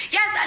Yes